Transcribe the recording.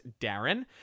Darren